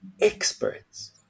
experts